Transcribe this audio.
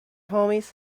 homies